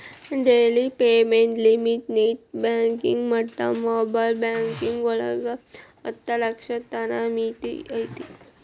daily payment limit net banking ಮತ್ತ mobile banking ಒಳಗ ಹತ್ತ ಲಕ್ಷದ್ ತನ ಮಿತಿ ಐತಿ